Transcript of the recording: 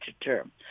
term